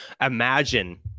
Imagine